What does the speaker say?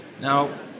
Now